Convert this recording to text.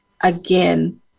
Again